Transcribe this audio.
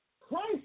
Christ